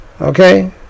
Okay